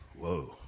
whoa